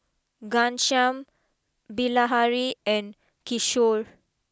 Ghanshyam Bilahari and Kishore